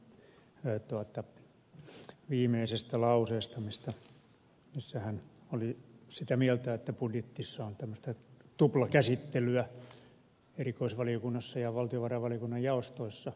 lauslahden viimeisestä lauseesta missä hän oli sitä mieltä että budjetissa on tämmöistä tuplakäsittelyä erikoisvaliokunnassa ja valtiovarainvaliokunnan jaostoissa